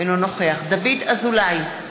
אינו נוכח דוד אזולאי,